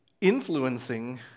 influencing